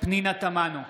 פנינה תמנו,